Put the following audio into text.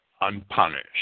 unpunished